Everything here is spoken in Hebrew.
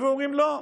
והיו אומרים: לא,